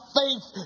faith